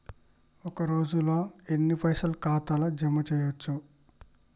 ఒక రోజుల ఎన్ని పైసల్ ఖాతా ల జమ చేయచ్చు?